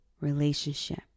relationship